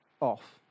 off